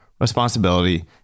responsibility